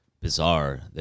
bizarre